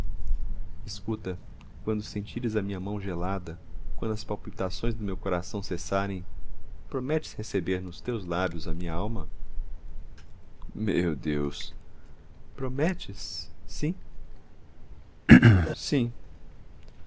escuta quando sentires a minha mão gelada quando as palpitações do meu coração cessarem prometes receber nos lábios a minha alma meu deus prometes sim sim